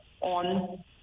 on